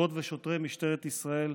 שוטרות ושוטרי משטרת ישראל,